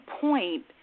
point